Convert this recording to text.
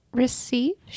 receive